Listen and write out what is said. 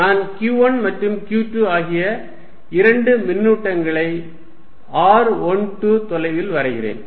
நான் q1 மற்றும் q2 ஆகிய இரண்டு மின்னூட்டங்களை r12 தொலைவில் வரைகிறேன்